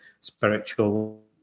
spiritual